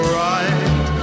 right